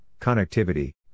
connectivity